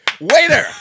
Waiter